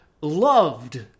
Loved